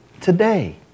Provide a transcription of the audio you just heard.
today